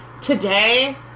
Today